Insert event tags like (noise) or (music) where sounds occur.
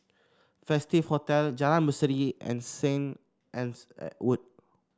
Festive Hotel Jalan Berseri and Saint Anne's (hesitation) Wood